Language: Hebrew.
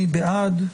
מי בעד?